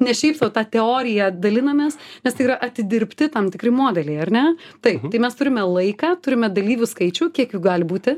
ne šiaip sau ta teorija dalinamės nes tai yra atidirbti tam tikri modeliai ar ne taip tai mes turime laiką turime dalyvių skaičių kiek jų gali būti